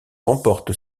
remporte